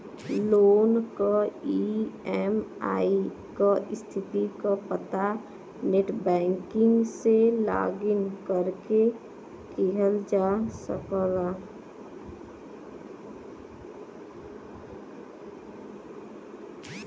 loan क EMI क स्थिति क पता नेटबैंकिंग से लॉगिन करके किहल जा सकला